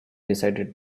decided